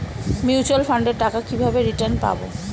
Mutual ফান্ডের টাকা কিভাবে রিটার্ন পাব?